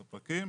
ספקים.